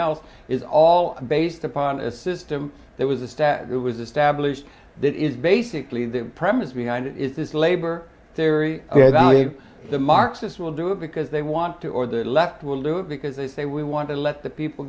else is all based upon a system that was a stat that was established that is basically the premise behind it is this labor theory value the marxist will do it because they want to or the left will do it because they say we want to let the people